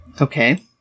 okay